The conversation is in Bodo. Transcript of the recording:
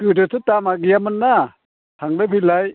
गोदोथ' दामा गैयामोन ना थांलाय फैलाय